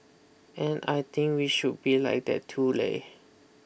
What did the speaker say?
and I think we should be like that too late